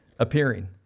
appearing